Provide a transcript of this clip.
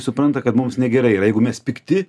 supranta kad mums negerai ir jeigu mes pikti